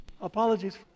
apologies